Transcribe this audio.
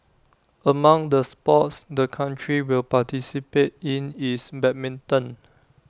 among the sports the country will participate in is badminton